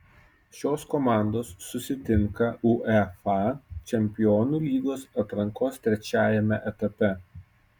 šios komandos susitinka uefa čempionų lygos atrankos trečiajame etape